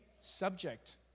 subject